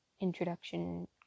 introduction